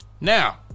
Now